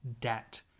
debt